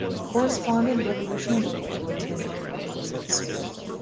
a correspondent revolution in things will attend the influx of the spirit.